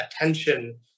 attention